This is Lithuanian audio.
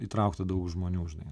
įtraukta daug žmonių žinai